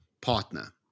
partner